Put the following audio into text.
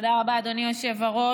תודה רבה, אדוני היושב-ראש.